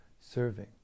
serving